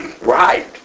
Right